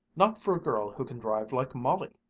not for a girl who can drive like molly.